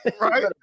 Right